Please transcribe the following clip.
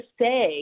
say